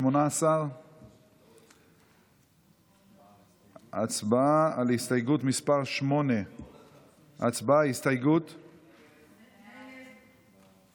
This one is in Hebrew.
18. הצבעה על הסתייגות מס' 8. הסתייגות 8 לא נתקבלה.